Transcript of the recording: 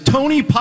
Tony